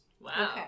Wow